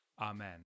Amen